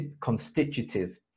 constitutive